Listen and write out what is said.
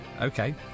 Okay